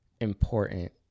important